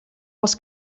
als